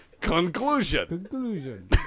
Conclusion